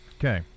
Okay